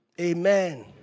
Amen